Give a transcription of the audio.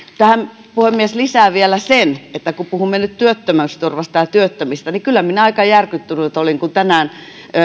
puhemies tähän lisään vielä sen että kun puhumme nyt työttömyysturvasta ja työttömistä niin kyllä minä aika järkyttynyt olin kun tänään